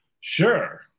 Sure